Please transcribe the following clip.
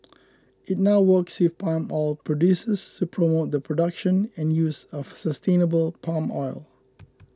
it now works with palm oil producers to promote the production and use of sustainable palm oil